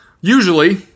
usually